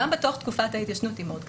גם בתוך תקופת ההתיישנות היא מאוד קטנה,